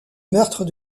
meurtre